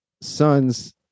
Sons